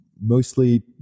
mostly